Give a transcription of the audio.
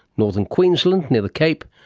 northern queensland near the cape,